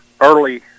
early